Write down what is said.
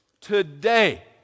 today